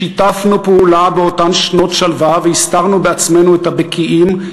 שיתפנו פעולה באותן שנות שלווה והסתרנו בעצמנו את הבקיעים,